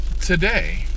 Today